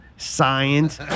Science